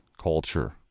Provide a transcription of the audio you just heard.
culture